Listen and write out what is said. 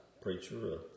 preacher